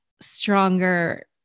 stronger